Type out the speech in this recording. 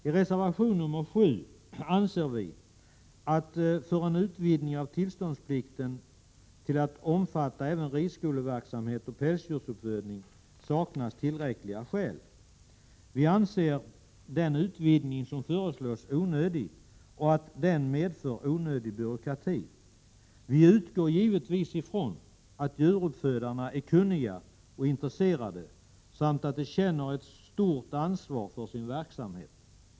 I reservation nr 7 anser vi att för en utvidgning av tillståndsplikten till att omfatta även ridskoleverksamhet och pälsdjursuppfödning saknas tillräckliga skäl. Vi anser att den utvidgning som föreslås är onödig och medför onödig byråkrati. Vi utgår ifrån att djuruppfödarna är kunniga och intresserade samt att de känner ett stort ansvar för sin verksamhet.